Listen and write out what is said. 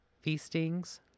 feastings